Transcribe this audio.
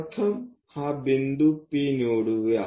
प्रथम हा बिंदू P निवडूया